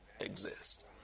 exist